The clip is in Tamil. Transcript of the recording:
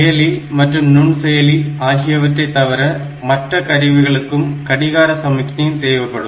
செயலி மற்றும் நுண்செயலி ஆகியவற்றைத் தவிர மற்ற கருவிகளுக்கும் கடிகார சமிக்ஞை தேவைப்படும்